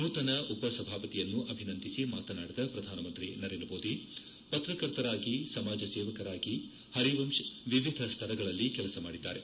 ನೂತನ ಉಪಸಭಾಪತಿಯನ್ನು ಅಭಿನಂದಿಸಿ ಮಾತನಾಡಿದ ಪ್ರಧಾನಮಂತ್ರಿ ನರೇಂದ್ರ ಮೋದಿ ಅವರು ಪತ್ರಕರ್ತರಾಗಿ ಸಮಾಜ ಸೇವಕರಾಗಿ ಅರಿವಂಶ್ ವಿವಿಧ ಸ್ತರಗಳಲ್ಲಿ ಕೆಲಸ ಮಾಡಿದ್ದಾರೆ